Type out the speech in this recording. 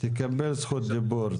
ותקבל זכות דיבור.